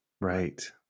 right